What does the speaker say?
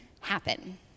happen